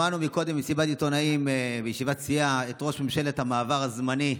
שמענו קודם במסיבת עיתונאים בישיבת הסיעה את ראש ממשלת המעבר הזמני,